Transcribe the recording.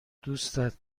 دوستت